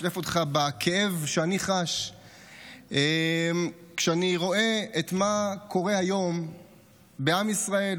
לשתף אותך בכאב שאני חש כשאני רואה מה קורה היום בעם ישראל,